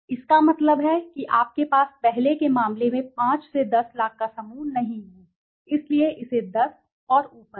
इसका मतलब है कि आपके पास पहले के मामले में 5 से 10 लाख का समूह नहीं है इसलिए इसे 10 और ऊपर है